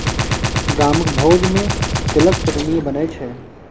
गामक भोज मे तिलक चटनी बनै छै